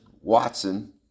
Watson